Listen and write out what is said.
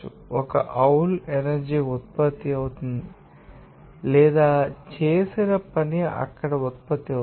1జౌల్ energy ఉత్పత్తి అవుతుంది లేదా చేసిన పని అక్కడ ఉత్పత్తి అవుతుంది